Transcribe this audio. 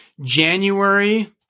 January